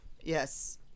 Yes